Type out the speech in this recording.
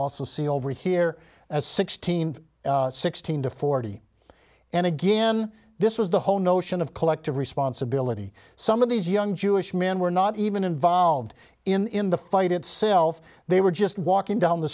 also see over here as sixteen sixteen to forty and again this was the whole notion of collective responsibility some of these young jewish men were not even involved in the fight itself they were just walking down the